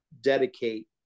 dedicate